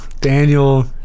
daniel